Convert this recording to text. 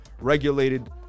regulated